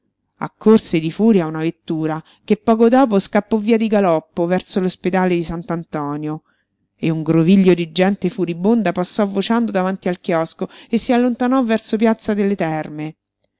accorse di furia una vettura che poco dopo scappò via di galoppo verso l'ospedale di sant'antonio e un groviglio di gente furibonda passò vociando davanti al chiosco e si allontanò verso piazza delle terme